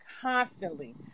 constantly